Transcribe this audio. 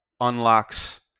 unlocks